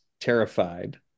terrified